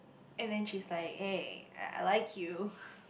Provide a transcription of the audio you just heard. and then she's like eh I like you